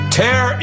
tear